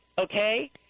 Okay